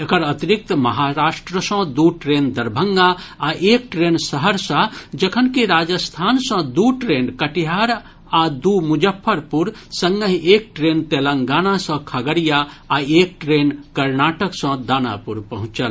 एकर अतिरिक्त महाराष्ट्र सॅ दू ट्रेन दरभंगा आ एक ट्रेन सहरसा जखनकि राजस्थान सॅ दू ट्रेन कटिहार आ दू मुजफ्फरपुर संगहि एक ट्रेन तेलंगाना सॅ खगड़िया आ एक ट्रेन कनार्टक सॅ दानापुर पहुंचल